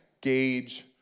gauge